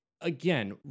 Again